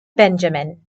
benjamin